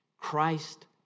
Christ